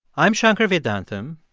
i'm shankar vedantam,